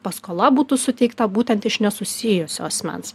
paskola būtų suteikta būtent iš nesusijusio asmens